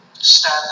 stand